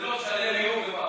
ולא משנה מי הוא ומה הוא.